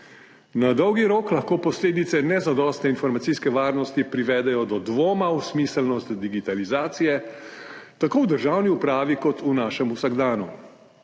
Na dolgi rok lahko posledice nezadostne informacijske varnosti privedejo do dvoma v smiselnost digitalizacije tako v državni upravi kot v našem vsakdanu.